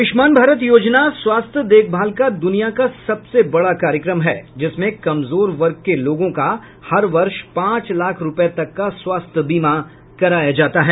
आयूष्मान भारत योजना स्वास्थ्य देखभाल का दूनिया का सबसे बड़ा कार्यक्रम है जिसमें कमजोर वर्ग के लोगों का हर वर्ष पांच लाख रुपये तक स्वास्थ्य बीमा कराया जाता है